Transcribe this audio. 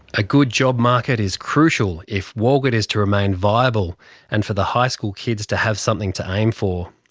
a good job market is crucial if walgett is to remain viable and for the high school kids to have something to aim for.